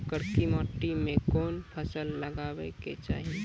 करकी माटी मे कोन फ़सल लगाबै के चाही?